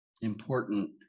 important